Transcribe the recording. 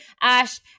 Ash